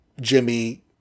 Jimmy